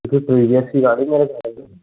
क्योंकि TVS की गाड़ी मेरे घर में भी